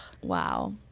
wow